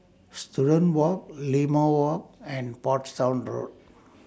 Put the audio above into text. Student Walk Limau Walk and Portsdown Road